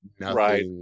Right